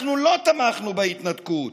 אנחנו לא תמכנו בהתנתקות.